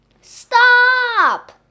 Stop